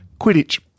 Quidditch